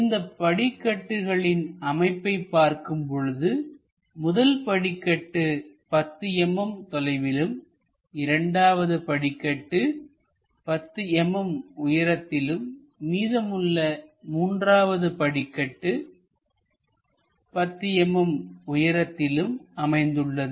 இந்தப் படிக்கட்டுகளின் அமைப்பை பார்க்கும் பொழுதுமுதல் படிக்கட்டு 10 mm தொலைவிலும்இரண்டாவது படிக்கட்டு 10 mm உயரத்திலும் மீதமுள்ள மூன்றாவது படிக்கட்டு 10 mm உயரத்திலும் அமைந்துள்ளது